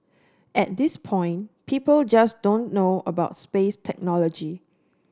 at this point people just don't know about space technology